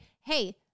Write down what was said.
hey